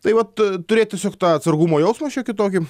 taip vat turėt tiesiog tą atsargumo jausmą šiokį tokį